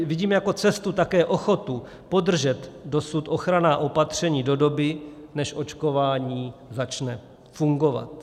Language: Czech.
Vidím jako cestu také ochotu podržet dosud ochranná opatření do doby, než očkování začne fungovat.